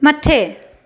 मथे